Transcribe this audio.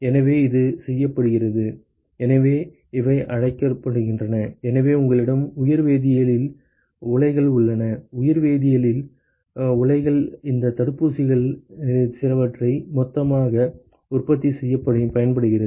எனவே இது செய்யப்படுகிறது எனவே இவை அழைக்கப்படுகின்றன எனவே உங்களிடம் உயிர்வேதியியல் உலைகள் உள்ளன உயிர்வேதியியல் உலைகள் இந்தத் தடுப்பூசிகளில் சிலவற்றை மொத்தமாக உற்பத்தி செய்யப் பயன்படுகிறது